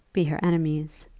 be her enemies.